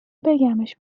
بگمش